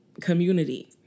community